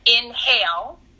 Inhale